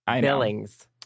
Billings